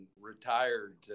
retired